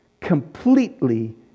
completely